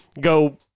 go